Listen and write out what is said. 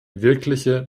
wirkliche